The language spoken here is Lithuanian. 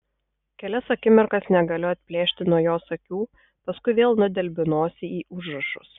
kelias akimirkas negaliu atplėšti nuo jos akių paskui vėl nudelbiu nosį į užrašus